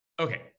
Okay